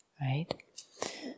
right